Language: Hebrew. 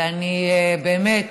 ואני באמת,